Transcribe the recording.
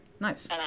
Nice